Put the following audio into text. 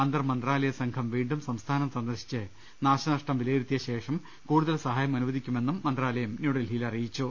അന്തർ മന്ത്രാലയ സംഘം വീണ്ടും സംസ്ഥാനം സന്ദർശിച്ച് നാശനഷ്ടം വിലയിരുത്തിയ ശേഷം കൂടുതൽ സഹായം അനുവദിക്കുമെന്നും മന്ത്രാലയം ന്യൂഡൽഹിയിൽ അറിയിച്ചു